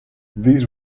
this